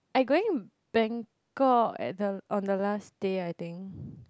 I going Bangkok at the on the last day I think